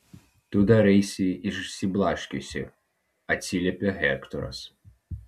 tu daraisi išsiblaškiusi atsiliepia hektoras